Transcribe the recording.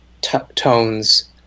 tones